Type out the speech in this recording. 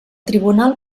tribunal